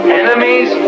enemies